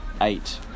eight